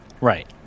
Right